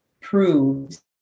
proves